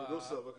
מה שנמצא בחוק,